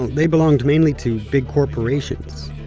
they belonged mainly to big corporations.